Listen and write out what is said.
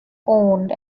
owned